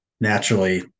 naturally